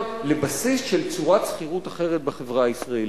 לבסיס של צורת שכירות אחרת בחברה הישראלית.